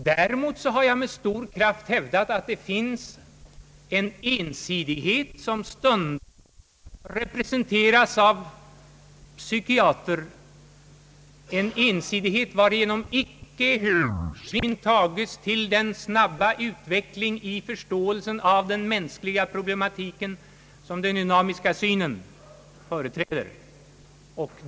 Däremot har jag med stor kraft hävdat att det finns en ensidighet som stundom representeras av psykiatrer, en ensidighet som gör att hänsyn icke tages till den snabba utveckling i förståelsen för den mänskliga problematiken som den dy namiska synen företräder.